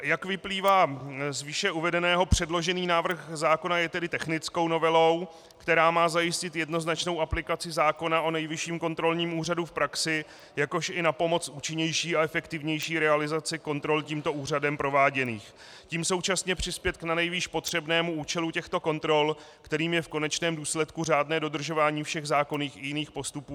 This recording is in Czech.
Jak vyplývá z výše uvedeného, předložený návrh zákona je tedy technickou novelou, která má zajistit jednoznačnou aplikaci zákona o Nejvyšším kontrolním úřadu v praxi, jakož i napomoct účinnější a efektivnější realizaci kontrol tímto úřadem prováděných, tím současně přispět k nanejvýš potřebnému účelu těchto kontrol, kterým je v konečném důsledku řádné dodržování všech zákonných i jiných postupů